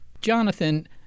Jonathan